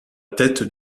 tête